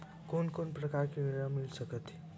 कोन कोन प्रकार के ऋण मिल सकथे?